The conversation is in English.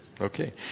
okay